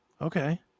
Okay